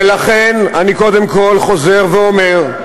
ערבים הם, ולכן אני קודם כול חוזר ואומר: